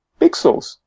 pixels